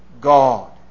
God